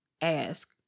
ask